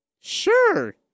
Sure